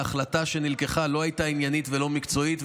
אבל קיבלתי תלונות על כך שההחלטה שנלקחה הייתה לא עניינית ולא מקצועית,